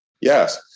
Yes